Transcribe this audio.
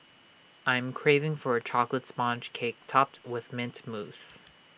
I'm craving for A Chocolate Sponge Cake Topped with Mint Mousse